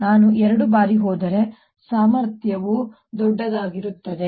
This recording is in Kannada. ನಾನು ಎರಡು ಬಾರಿ ಹೋದರೆ ಸಾಮರ್ಥ್ಯವು ದೊಡ್ಡದಾಗಿರುತ್ತದೆ